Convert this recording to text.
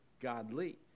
godly